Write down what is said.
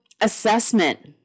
assessment